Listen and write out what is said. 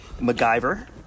MacGyver